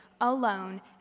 alone